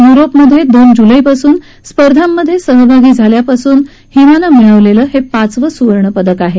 युरोपमध्ये दोन जुलै पासून स्पर्धामध्ये सहभागी झाल्यापासून हिमानं मिळवलेलं हे पाचवं सुवर्णपदक आहे